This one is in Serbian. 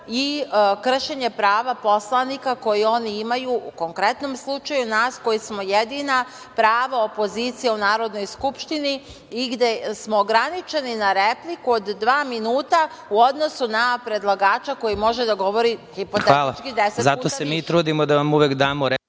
i kršenje prava poslanika koja oni imaju, u konkretnom slučaju nas koji smo jedina prava opozicija u Narodnoj skupštini i gde smo ograničeni na repliku od dva minuta u odnosu na predlagača koji može da govori hipotetički 10 puta više. **Vladimir Marinković** Hvala. Zato se mi trudimo da vam damo replike